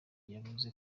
yavuze